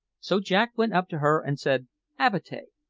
so jack went up to her and said avatea.